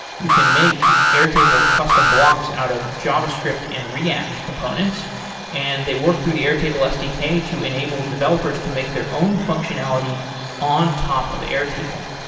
you can make airtable custom blocks out of javascript and react components and they work through the airtable sdk to enable developers to make their own functionality on top of airtable.